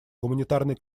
гуманитарный